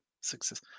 success